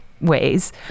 ways